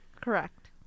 Correct